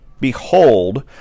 Behold